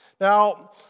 Now